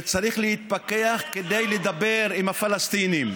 וצריך להתפכח כדי לדבר עם הפלסטינים.